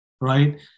right